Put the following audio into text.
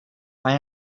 mae